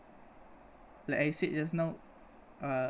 like I said just now uh